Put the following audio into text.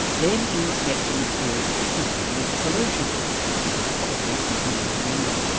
then in steps a mysterious businessman with a solution and most probably a bigger agenda.